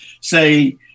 say